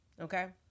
Okay